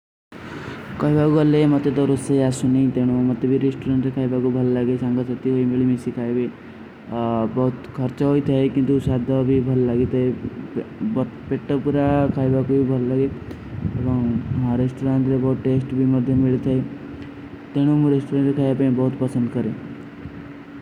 କୈଵାଗ ଅଲେ ମତେ ତୋ ରୋସେ ଆସୁନେ ହୀ ତେଣୋ, ମତେ ଭୀ ରେସ୍ଟୁରେଂଟ ରେ ଖାଯବାଗୋ ଭଲ ଲାଗେ। ସାଂକା ଚତତୀ ଭୀ ମେଲୀ ମେଂ ସିଖାଯ ଭୀ। ବହୁତ କହର୍ଚା ହୋଈ ଥାଯେ, କିନ୍ଦୋ ଶାଦଵା ଭୀ ଭଲ ଲାଗୀ ଥାଯେ, ପଟଟପୁରା ଖାଈବା କୋଈ ବହୁତ ଲଗେ। ହମାରେ ରେସ୍ଟୁରାଂଡ ରେ ବହୁତ ଟେସ୍ଟ ଭୀ ମଦ୍ଯ ମିଲତେ ହୈଂ। ତେନୋଂ ମୁରେ ରେସ୍ଟୁରାଂଡ ରେ ଖାଈବା କୋଈ ବହୁତ ପସଂଦ କରେଂ।